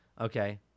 okay